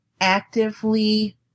actively